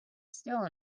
still